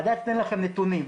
עדיה תיתן לכם נתונים,